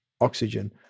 oxygen